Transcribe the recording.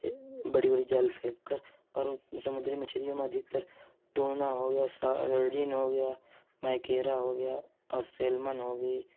بڑی بڑی جال پھیک کر اور سمندری مچھلیوں میں ادھکتر ٹونا ہو گیا سارڈن ہو گیا میکیرا ہو گیا اور سیلمن ہو گئی